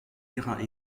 ihrer